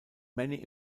many